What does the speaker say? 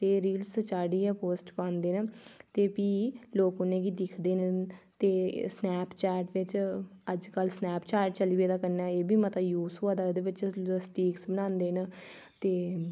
ते रील्स चाढ़ियै पोस्ट पांदे न ते प्ही लोक उ'नें गी दिखदे न ते स्नैपचैट च अजकल स्नैपचैट चली पेदा कन्नै एह् बी मता यूज़ होआ दा एह्दे विच्च समझो स्ट्रीक्स बनांदे न ते